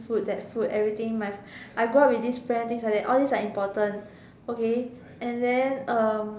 food that food everything must I go out with this friend things like that all these are important okay and then um